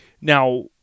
Now